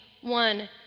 one